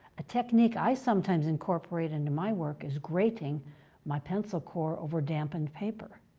a technique i sometimes incorporate into my work is grating my pencil core over dampened paper.